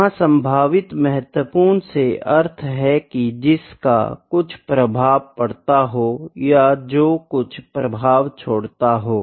यहाँ संभावित महत्वपूर्ण से अर्थ है की जिसका कुछ प्रभाव पड़ता हो या जो कुछ प्रभाव छोड़ता हो